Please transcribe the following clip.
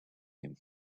him